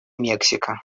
мексика